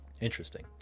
Interesting